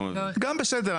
גם בסדר.